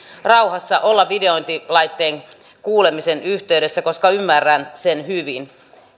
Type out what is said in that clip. rauhassa olla kuulemisessa videointilaitteen yhteydessä ymmärrän sen hyvin